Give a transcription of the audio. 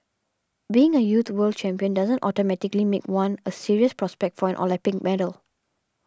being a youth world champion doesn't automatically make one a serious prospect for an Olympic medal